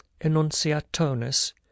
enunciatonis